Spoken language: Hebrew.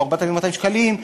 או 4,200 שקלים,